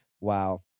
Wow